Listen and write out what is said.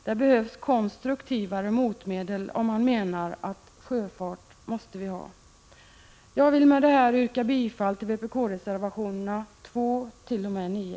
Det behövs mera konstruktiva — Sjöfart motmedel, om man menar att vi måste ha sjöfart. Jag vill med det här yrka bifall till vpk-reservationerna 2-9.